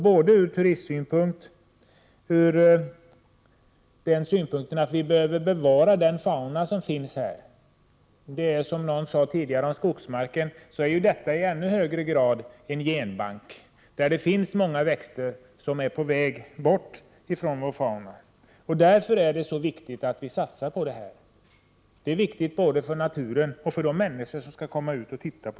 Både ur turistsynpunkt och ur den synpunkten att den flora som finns här behöver bevaras, som någon tidigare sade om skogsmarken, på grund av att Prot. 1988/89:95 den i ännu högre grad utgör en genbank, med många växter som är på väg 12 april 1989 bort från vår flora, är det så viktigt att satsa på hagmarkerna.